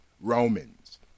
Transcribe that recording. Romans